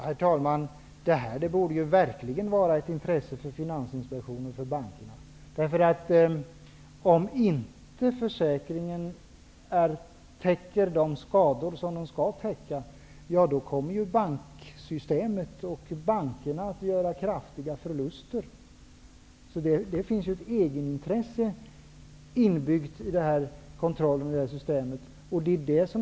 Herr talman! Det här borde verkligen vara av intresse för Finansinspektionen och för bankerna. Om försäkringen inte täcker de skador som den skall täcka, då kommer ju banksystemet och bankerna att göra kraftiga förluster. Det finns ett egenintresse inbyggt i systemet.